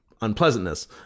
unpleasantness